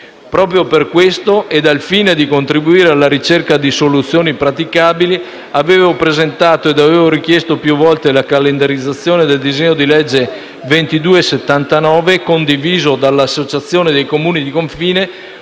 Proprio per questo, ed al fine di contribuire alla ricerca di soluzioni praticabili, avevo presentato ed avevo richiesto più volte la calendarizzazione del disegno di legge n. 2279 condiviso dall'Associazione dei Comuni di confine,